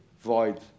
void